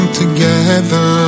together